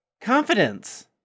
confidence